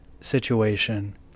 situation